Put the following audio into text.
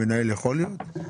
המנהל יכול להיות?